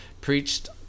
Preached